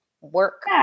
work